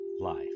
life